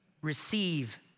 receive